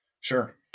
Sure